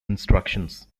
instructions